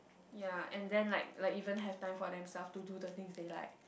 yea and then like like even have time for themselves to do the things they like